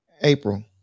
April